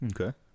Okay